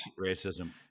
Racism